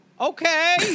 Okay